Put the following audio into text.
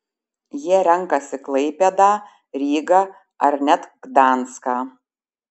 jie renkasi klaipėdą rygą ar net gdanską